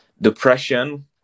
depression